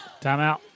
Timeout